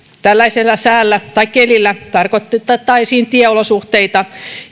tällaisella säällä tai kelillä tarkoitettaisiin tieolosuhteita